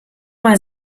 mal